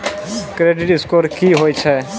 Credit score की होय छै?